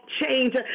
change